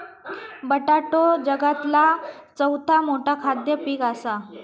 बटाटो जगातला चौथा मोठा खाद्य पीक असा